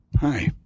Hi